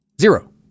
Zero